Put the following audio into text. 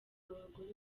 abagore